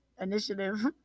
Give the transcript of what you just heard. initiative